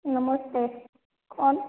नमस्ते कौन